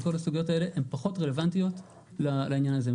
וכל הסוגיות האלה הן פחות רלוונטיות לעניין הזה.